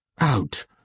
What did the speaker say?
Out